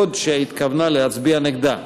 בעוד שהתכוונה להצביע נגדה,